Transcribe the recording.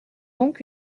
donc